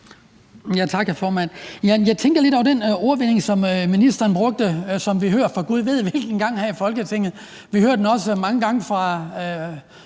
Jeg tænker lidt over den vending, som ministeren brugte, som vi hører for gud ved hvilken gang her i Folketinget. Vi hører den også mange gange fra